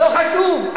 לא חשוב.